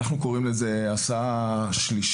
אנחנו קוראים לזה הסעה שלישית.